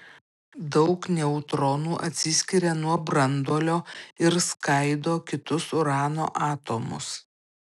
daug neutronų atsiskiria nuo branduolio ir skaido kitus urano atomus